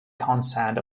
consent